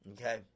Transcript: okay